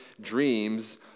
dreams